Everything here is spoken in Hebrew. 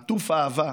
עטוף אהבה,